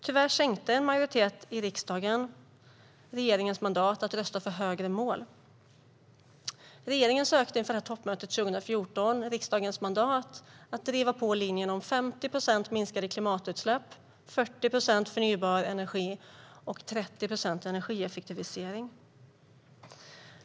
Tyvärr sänkte en majoritet i riksdagen regeringens mandat att rösta för högre mål. Regeringen sökte inför toppmötet 2014 riksdagens mandat att driva på linjen om 50 procents minskade klimatutsläpp, 40 procent förnybar energi och 30 procents energieffektivisering.